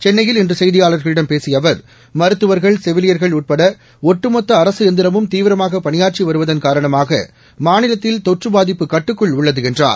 சென்னையில் இன்று செய்தியாளர்களிடம் பேசிய அவர் மருத்துவர்கள் செவிலியர்கள் உட்பட ஒட்டுமொத்த அரசு எந்திரமும் தீவிரமாக பணியாற்றி வருவதன் காரணமாக மாநிலத்தில் தொற்று பாதிப்பு கட்டுக்குள் உள்ளது என்றார்